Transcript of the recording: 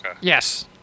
Yes